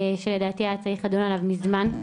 שלדעתי היה צריך לדון עליו מזמן.